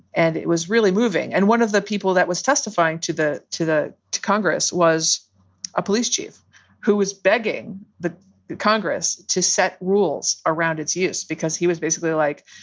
and it was really moving. and one of the people that was testifying to the to the congress was a police chief who was begging the congress to set rules around its use because he was basically like,